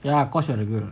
ya cause you are the girl